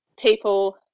people